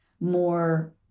more